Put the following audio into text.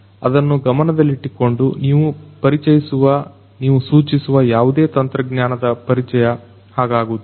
ಆದ್ದರಿಂದ ಅದನ್ನು ಗಮನದಲ್ಲಿಟ್ಟುಕೊಂಡು ನೀವು ಪರಿಚಯಿಸುವ ನೀವು ಸೂಚಿಸುವ ಯಾವುದೇ ತಂತ್ರಜ್ಞಾನದ ಪರಿಚಯ ಹಾಗಾಗುವುದಿಲ್ಲ